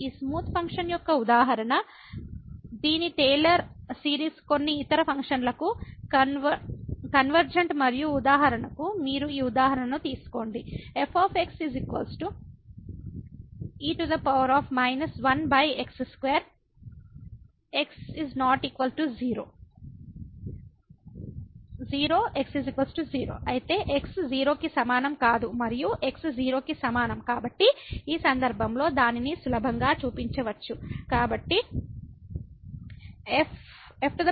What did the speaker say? ఈ స్మూత్ ఫంక్షన్ల యొక్క ఉదాహరణ Refer Time 1835 దీని టేలర్ సిరీస్ కొన్ని ఇతర ఫంక్షన్లకు కన్వర్జన్ట మరియు ఉదాహరణకు మీరు ఈ ఉదాహరణను తీసుకోండి f e 1x2 x ≠ 0 0 x0 అయితే x 0 కి సమానం కాదు మరియు x 0 కి సమానం కాబట్టి ఈ సందర్భంలో దానిని సులభంగా చూపించవచ్చు Refer Time 1901 f